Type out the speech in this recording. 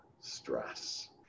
stress